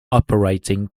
operating